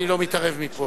בזה אני לא מתערב מפה.